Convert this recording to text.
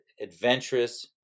adventurous